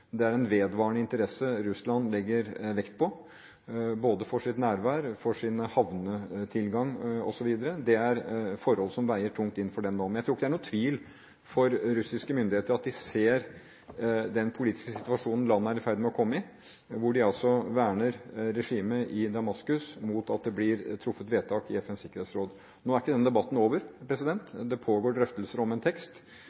Det er en vedvarende interesse Russland legger vekt på både for deres nærvær, for havnetilgang osv. Det er forhold som veier tungt inn for dem nå. Jeg tror ikke det er noen tvil om at russiske myndigheter ser den politiske situasjonen landet er i ferd med å komme i, hvor de altså verner regimet i Damaskus mot at det blir truffet vedtak i FNs sikkerhetsråd. Nå er ikke denne debatten over.